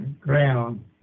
ground